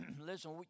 listen